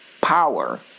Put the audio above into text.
power